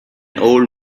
old